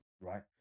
Right